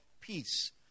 peace